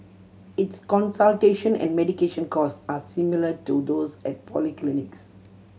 its consultation and medication costs are similar to those at polyclinics